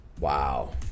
Wow